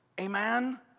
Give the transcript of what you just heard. Amen